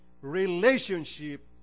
relationship